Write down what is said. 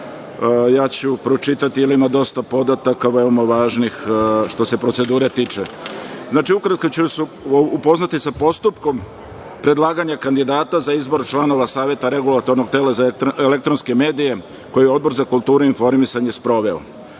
ja ću pročitati, jer ima dosta podataka veoma važnih što se procedure tiče. Ukratko ću vas upoznati sa postupkom predlaganja kandidata za izbor članova Saveta regulatornog tela za elektronske medije koji je Odbor za kulturu i informisanje sproveo. Pre